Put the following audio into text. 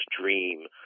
dream